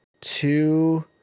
two